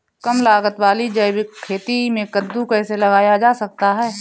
कम लागत वाली जैविक खेती में कद्दू कैसे लगाया जा सकता है?